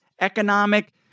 economic